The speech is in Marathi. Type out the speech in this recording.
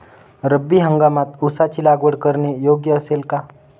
रब्बी हंगामात ऊसाची लागवड करणे योग्य असेल का?